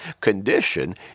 condition